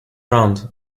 round